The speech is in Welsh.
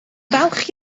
falch